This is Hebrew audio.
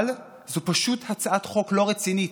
אבל זו פשוט הצעת חוק לא רצינית,